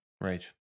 right